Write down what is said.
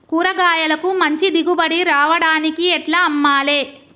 కూరగాయలకు మంచి దిగుబడి రావడానికి ఎట్ల అమ్మాలే?